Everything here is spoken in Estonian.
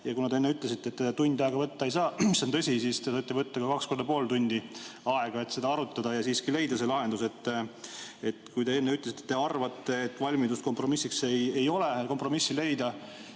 Kuna te enne ütlesite, et tund aega võtta ei saa, mis on tõsi, siis te võite ju võtta ka kaks korda pool tundi aega, et seda arutada ja siiski leida see lahendus. Kui te enne ütlesite, te arvate, et valmidust kompromissi leidmiseks ei